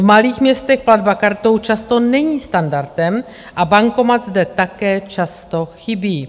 V malých městech platba kartou často není standardem a bankomat zde také často chybí.